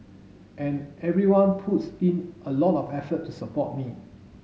and everyone puts in a lot of effort to support me